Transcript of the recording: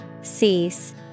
Cease